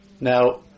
Now